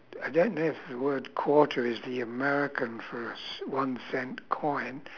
I don't know if the word quarter is the american for a c~ one cent coin